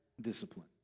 discipline